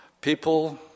people